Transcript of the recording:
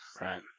Right